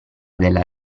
della